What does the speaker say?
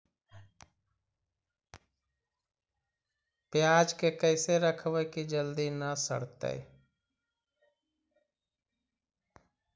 पयाज के कैसे रखबै कि जल्दी न सड़तै?